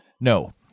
No